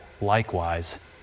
likewise